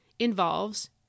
Involves